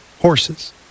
horses